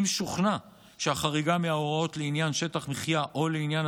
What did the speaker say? אם שוכנע שהחריגה מההוראות לעניין שטח מחיה או לעניין